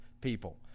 people